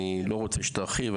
אני לא רוצה שתרחיב.